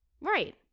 right